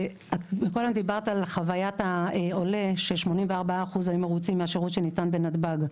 קודם דיברת על חוויית העולה וש-84% היו מרוצים מהשירות שניתן בנתב"ג.